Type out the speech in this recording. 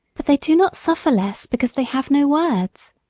but they do not suffer less because they have no words.